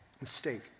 mistake